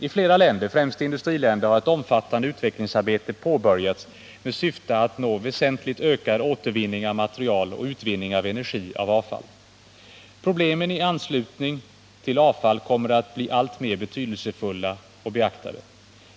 I flera länder, främst industriländer, har ett omfattande utvecklingsarbete påbörjats med syfte att nå väsentligt ökad återvinning av material och utvinning av energi ur avfall. Problemen i anslutning till avfall kommer att bli alltmer betydelsefulla och alltmer beaktade.